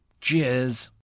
Cheers